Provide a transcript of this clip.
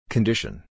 Condition